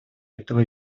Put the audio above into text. этого